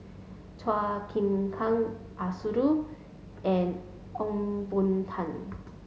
Chua Chim Kang Arasu and Ong Boon Tat